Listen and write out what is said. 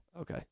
Okay